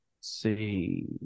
see